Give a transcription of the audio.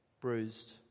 bruised